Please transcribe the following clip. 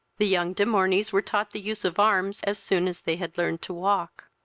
the young de morneys were taught the use of arms as soon as they had learned to walk.